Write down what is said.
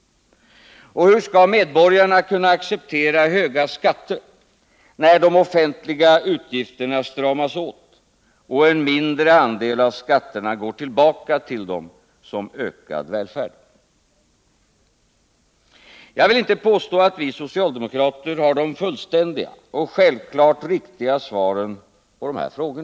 Hur skall medborgarna kunna acceptera höga skatter när de offentliga utgifterna stramas åt och en mindre andel av skatterna går tillbaka till dem som ökad välfärd? Jag vill inte påstå att vi socialdemokrater har de fullständiga och självklart riktiga svaren på dessa frågor.